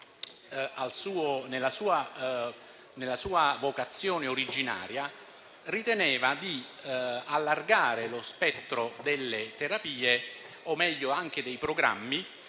nella sua vocazione originaria riteneva di allargare lo spettro delle terapie, o meglio anche dei programmi,